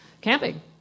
camping